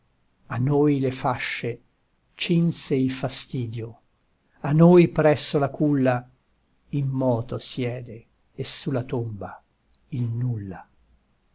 a noi le fasce cinse il fastidio a noi presso la culla immoto siede e su la tomba il nulla